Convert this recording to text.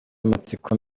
amatsiko